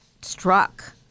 struck